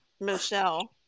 Michelle